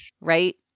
right